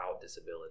disability